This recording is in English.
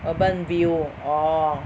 UrbanVille orh